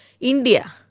India